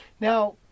Now